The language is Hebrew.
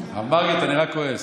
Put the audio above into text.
מר מרגי, אתה נראה כועס.